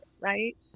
Right